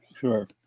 Sure